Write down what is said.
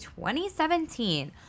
2017